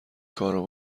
کارو